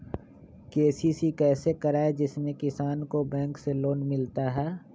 KCC कैसे कराये जिसमे किसान को बैंक से लोन मिलता है?